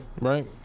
Right